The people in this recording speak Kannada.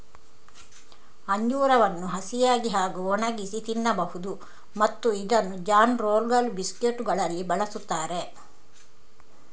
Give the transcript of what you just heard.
ಅಂಜೂರವನ್ನು ಹಸಿಯಾಗಿ ಹಾಗೂ ಒಣಗಿಸಿ ತಿನ್ನಬಹುದು ಮತ್ತು ಇದನ್ನು ಜಾನ್ ರೋಲ್ಗಳು, ಬಿಸ್ಕೆಟುಗಳಲ್ಲಿ ಬಳಸುತ್ತಾರೆ